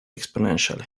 exponentially